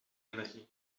energie